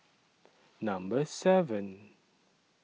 Number seven